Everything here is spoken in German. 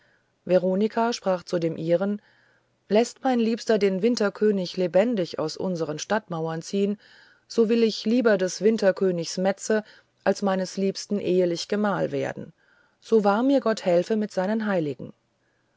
veronika sprach zu dem ihrigen läßt mein liebster den winterkönig lebendig aus unseren stadtmauern ziehen so will ich lieber des winterkönigs metze als meines liebsten ehelich gemahl sein so wahr mir gott helfe mit seinen heiligen